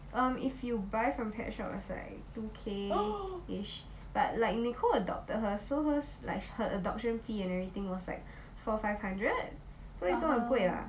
um if you buy from pet shop is two K-ish but like nicole adopted her so hers her adoption fee was like four five hundred 不会说很贵啦